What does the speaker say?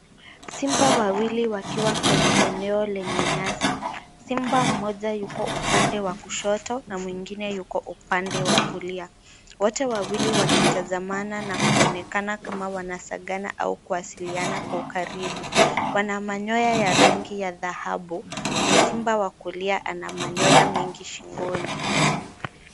Simba wawili wakiwa kwenye eneo lenye nyasi. Simba moja Yuko upande wa kushoto na mwingine Yuko upande wa kulia wote wawili wakitazamana kama wanasakana na kuwasiliana kwa ukaribu. Wana manyoya ya rangi ya dhahabu na Simba wa kulia ana manyoya mengi shingoni.